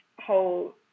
whole